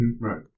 Right